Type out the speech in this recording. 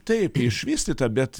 taip išvystyta bet